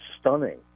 stunning